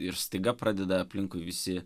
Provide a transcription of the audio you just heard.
ir staiga pradeda aplinkui visi